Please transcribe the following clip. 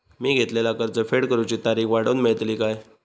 मी घेतलाला कर्ज फेड करूची तारिक वाढवन मेलतली काय?